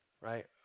right